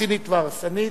צינית והרסנית,